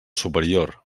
superior